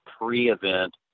pre-event